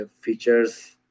features